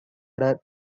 her